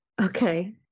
Okay